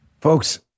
Folks